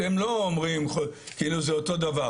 אתם לא אומרים כאילו זה אותו דבר,